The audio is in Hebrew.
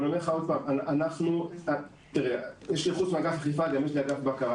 אבל אומר עוד פעם: יש דחיפות --- וגם יש לאגף בקרה.